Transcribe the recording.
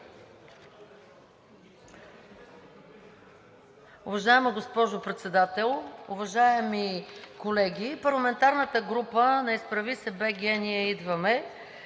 Уважаема госпожо Председател, уважаеми колеги! Парламентарната група на „Изправи се БГ! Ние идваме!“